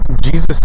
Jesus